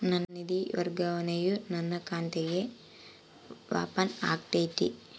ನನ್ನ ನಿಧಿ ವರ್ಗಾವಣೆಯು ನನ್ನ ಖಾತೆಗೆ ವಾಪಸ್ ಆಗೈತಿ